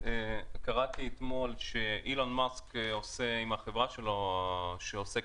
קראתי אתמול מה שאילן מסק עושה עם החברה שלו שעוסקת